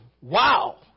wow